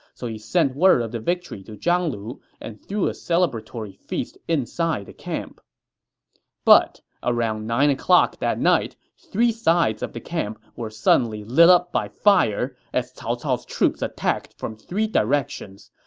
so he sent word of the victory to zhang lu and threw a celebratory feast in the camp but around nine o'clock that night, three sides of the camp were suddenly lit up by fire, as cao cao's troops attacked from three directions.